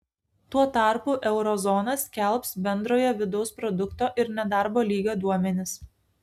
tuo tarpu euro zona skelbs bendrojo vidaus produkto ir nedarbo lygio duomenis